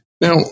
Now